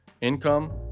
income